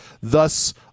thus